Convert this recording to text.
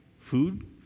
food